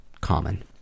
common